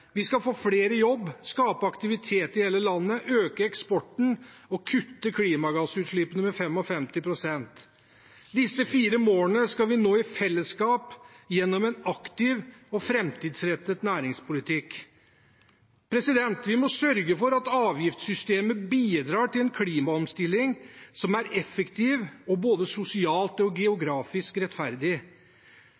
Vi skal få flere i jobb, skape aktivitet i hele landet, øke eksporten og kutte klimagassutslippene med 55 pst. Disse fire målene skal vi nå i fellesskap gjennom en aktiv og framtidsrettet næringspolitikk. Vi må sørge for at avgiftssystemet bidrar til en klimaomstilling som er effektiv og både sosialt og